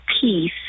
peace